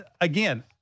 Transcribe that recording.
again